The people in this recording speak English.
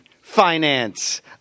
finance